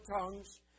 tongues